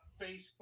Facebook